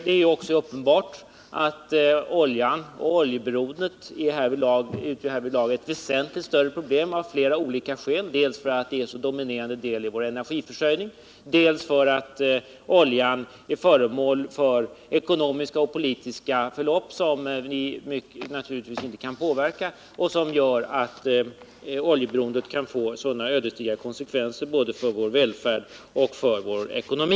Det är också uppenbart att oljan och oljeberoendet härvidlag av flera skäl utgör ett väsentligt större problem, dels därför att det är en så dominerande faktor i vår energiförsörjning, dels därför att oljan är föremål för ekonomiska och politiska förlopp som vi inte kan påverka och som gör att oljeberoendet kan få ödesdigra konsekvenser både för vår välfärd och för vår ekonomi.